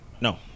No